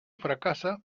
fracasa